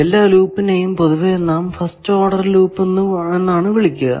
എല്ലാ ലൂപ്പിനെയും പൊതുവെ നാം ഫസ്റ്റ് ഓഡർ ലൂപ്പ് എന്നാണ് വിളിക്കുക